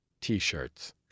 t-shirts